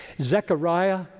Zechariah